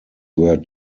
were